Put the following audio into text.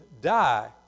die